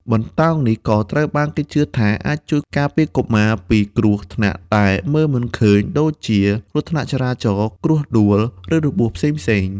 បន្តោងនេះក៏ត្រូវបានគេជឿថាអាចជួយការពារកុមារពីគ្រោះថ្នាក់ដែលមើលមិនឃើញ ដូចជាគ្រោះថ្នាក់ចរាចរណ៍ គ្រោះដួល ឬរបួសផ្សេងៗ។